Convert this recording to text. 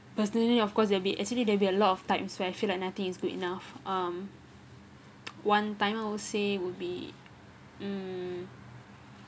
personally of course there will be actually there will be a lot of times where I feel like nothing is good enough um one time I will say would be mm